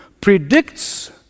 predicts